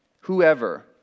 whoever